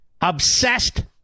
obsessed